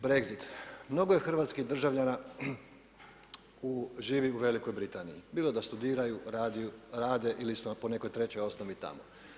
Brexit, mnogo je hrvatskih državljana živi u Velikoj Britaniji, bilo da studiraju, rade ili su po nekoj trećoj osnovi tamo.